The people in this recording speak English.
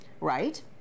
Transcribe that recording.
right